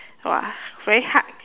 !wah! very hard